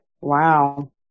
wow